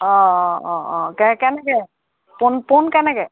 অঁ অঁ অঁ অঁ কে কেনেকৈ পোণ পোণ কেনেকৈ